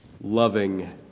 loving